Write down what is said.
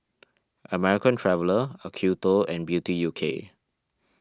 American Traveller Acuto and Beauty U K